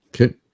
Okay